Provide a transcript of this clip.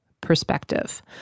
perspective